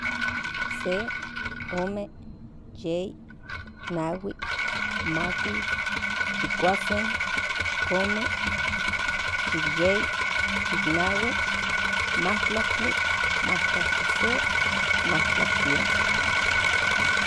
Se ome yei nahui makuil chikuase chikome chikyei chiknahui matlajtli matlajtlise matlajtliome